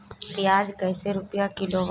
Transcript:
प्याज कइसे रुपया किलो बा?